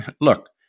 look